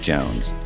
Jones